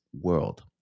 world